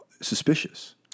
suspicious